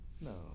no